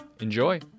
Enjoy